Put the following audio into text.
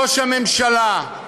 ראש הממשלה,